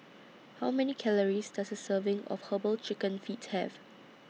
How Many Calories Does A Serving of Herbal Chicken Feet Have